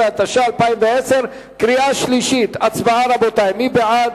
14), התש"ע 2010, קריאה שלישית, מי בעד?